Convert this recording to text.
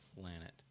planet